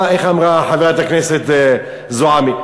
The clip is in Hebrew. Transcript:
איך אמרה חברת הכנסת זועבי,